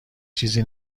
چیزی